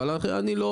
אבל אני לא